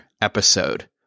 episode